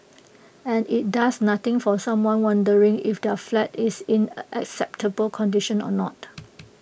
and IT does nothing for someone wondering if their flat is in acceptable condition or not